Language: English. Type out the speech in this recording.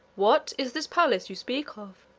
what is this palace you speak of?